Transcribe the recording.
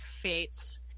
Fates